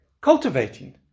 cultivating